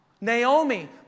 Naomi